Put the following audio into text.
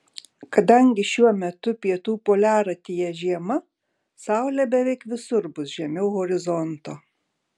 kadangi šiuo metu pietų poliaratyje žiema saulė beveik visur bus žemiau horizonto